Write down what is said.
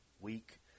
week